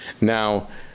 Now